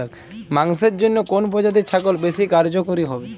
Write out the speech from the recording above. মাংসের জন্য কোন প্রজাতির ছাগল বেশি কার্যকরী হবে?